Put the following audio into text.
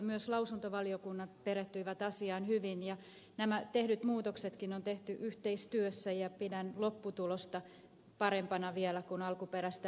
myös lausuntovaliokunnat perehtyivät asiaan hyvin ja nämä tehdyt muutoksetkin on tehty yhteistyössä ja pidän lopputulosta vielä parempana kuin alkuperäistä esitystäkin